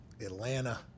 atlanta